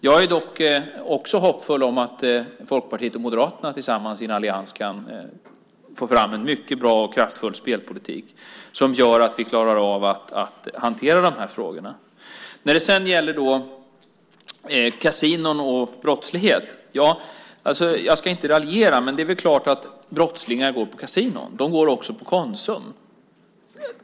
Jag är dock också hoppfull om att Folkpartiet och Moderaterna tillsammans i en allians kan få fram en mycket bra och kraftfull spelpolitik, som gör att vi klarar av att hantera de här frågorna. När det gäller kasinon och brottslighet ska jag inte raljera, men det är klart att brottslingar går på kasino. De går också på Konsum.